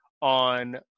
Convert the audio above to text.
on